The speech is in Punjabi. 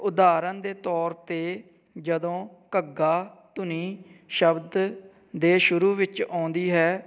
ਉਦਾਹਰਨ ਦੇ ਤੌਰ 'ਤੇ ਜਦੋਂ ਘੱਗਾ ਧੁਨੀ ਸ਼ਬਦ ਦੇ ਸ਼ੁਰੂ ਵਿੱਚ ਆਉਂਦੀ ਹੈ